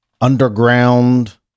underground